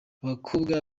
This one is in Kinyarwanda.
abakobwa